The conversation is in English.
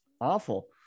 awful